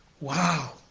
wow